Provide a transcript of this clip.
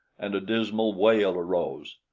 and a dismal wail arose.